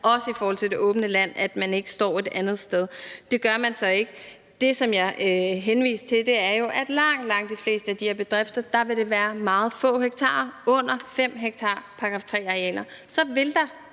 også i forhold til det åbne land, ikke står et andet sted. Det gør man så ikke. Det, jeg henviste til, er jo, at for langt, langt de fleste af de her bedrifter vil det være meget få hektar § 3-arealer, nemlig under 5 ha. Så vil der